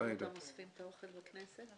ראית אותם אוספים את האוכל בכנסת?